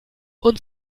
und